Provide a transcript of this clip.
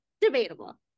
Debatable